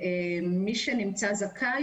מי שנמצא זכאי,